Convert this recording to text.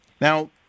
Now